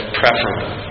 preferable